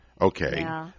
Okay